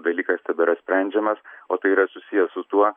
dalykas tebėra sprendžiamas o tai yra susiję su tuo